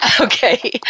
Okay